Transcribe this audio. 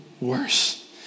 worse